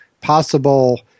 possible